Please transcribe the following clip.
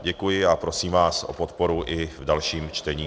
Děkuji a prosím vás o podporu i v dalším čtení.